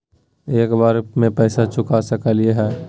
एक बार में पैसा चुका सकालिए है?